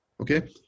Okay